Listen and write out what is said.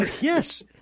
Yes